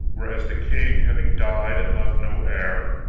whereas the king having died and left no heir,